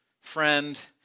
friend